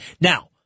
now